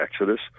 exodus